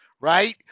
right